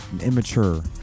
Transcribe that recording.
immature